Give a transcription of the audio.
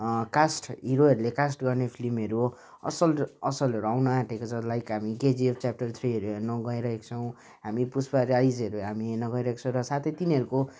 caste हिरोहरले cast गर्ने फिल्महरू हो असल असलहरू आउन आँटेको छ लाइक हामी केजिएफ च्याप्टर थ्रीहरू हेर्न गइरहेको छौँ हामी पुष्पा राइजहरू हामी हेर्न गइरहेको छौँ र साथै तिनीहरूको